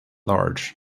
large